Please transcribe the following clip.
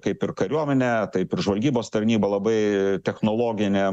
kaip ir kariuomenė taip ir žvalgybos tarnyba labai technologine